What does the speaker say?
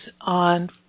on